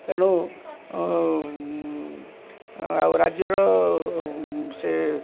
ତେଣୁ ଆଉ ରାଜ୍ୟର ସେ